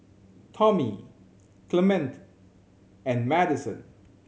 Tommy Clemente and Madison